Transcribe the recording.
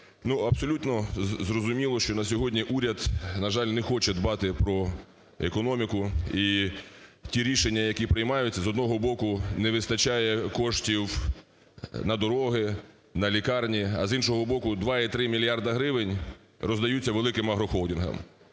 абсолютно зрозуміло, що на сьогодні уряд, на жаль, не хоче дбати про економіку. І ті рішення, які приймаються, з одного боку не вистачає коштів на дороги, на лікарні. А, з іншого боку, 2,3 мільярди гривень роздаються великим агрохолдингам